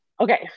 Okay